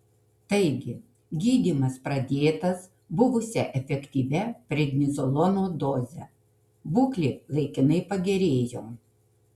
taigi gydymas pradėtas buvusia efektyvia prednizolono doze būklė laikinai pagerėjo